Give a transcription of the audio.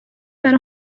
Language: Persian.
برا